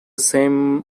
same